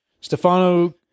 Stefano